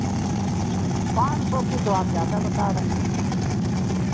पाँच सौ की तो आप ज़्यादा बता रही हैं